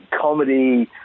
comedy